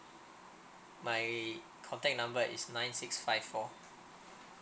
my contact number is nine six five four